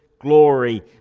glory